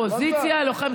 אופוזיציה לוחמת.